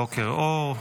בוקר אור.